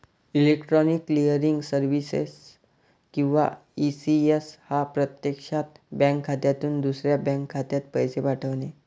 electronic clearing services किंवा ECS हा प्रत्यक्षात बँक खात्यातून दुसऱ्या बँक खात्यात पैसे पाठवणे